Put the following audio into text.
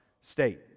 State